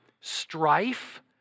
strife